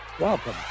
welcome